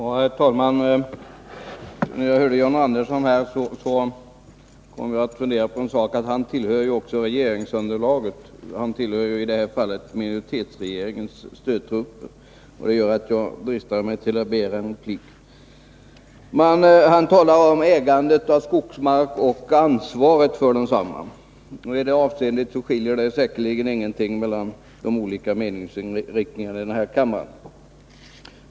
Herr talman! När jag hörde John Andersson kom jag att tänka på en sak. Han tillhör ju också regeringsunderlaget. Han tillhör i det här fallet minoritetsregeringens stödtrupper. Detta gör att jag dristar mig till att begära en replik. John Andersson talar om ägandet av skogsmark och ansvaret för densamma. I det avseendet skiljer det säkerligen ingenting mellan de olika meningsinriktningarna i denna kammare.